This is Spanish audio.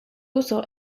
uso